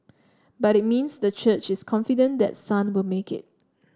but it means the church is confident that Sun will make it